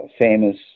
famous